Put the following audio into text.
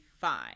fine